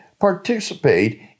participate